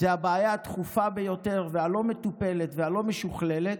זו הבעיה הדחופה ביותר והלא-מטופלת והלא-משוכללת,